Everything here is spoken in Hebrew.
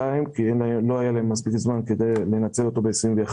כי לא היה להם מספיק זמן כדי לנצל אותו ב-2021.